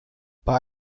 bei